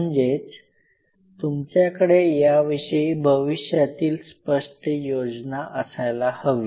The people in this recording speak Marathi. म्हणजेच तुमच्याकडे याविषयी भविष्यातील स्पष्ट योजना असायला हवी